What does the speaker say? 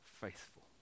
faithful